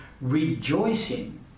rejoicing